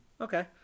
okay